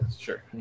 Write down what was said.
Sure